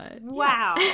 wow